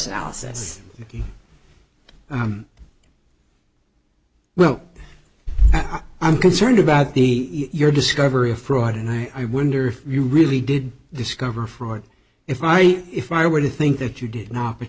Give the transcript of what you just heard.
analysis well i'm concerned about the your discovery of fraud and i wonder if you really did discover fraud if i if i were to think that you did not